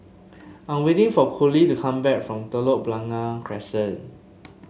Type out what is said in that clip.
I'm waiting for Coley to come back from Telok Blangah Crescent